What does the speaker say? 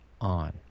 on